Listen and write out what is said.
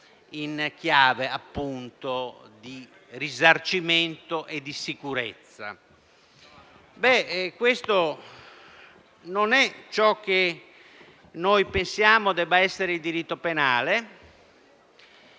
appunto, di risarcimento e di sicurezza. Questo non è ciò che noi pensiamo debba essere il diritto penale